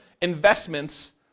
investments